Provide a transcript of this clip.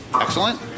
Excellent